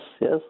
yes